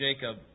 Jacob